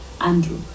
Andrew